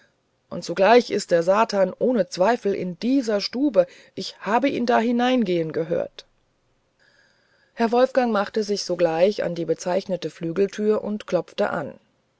und zugleich ist der satan ohne zweifel in dieser stube ich habe ihn da hineingehen gehört herr wolfgang machte sich sogleich an die bezeichnete flügeltür und klopfte an